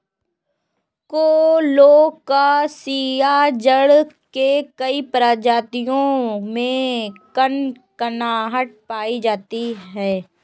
colocasia जड़ के कई प्रजातियों में कनकनाहट पायी जाती है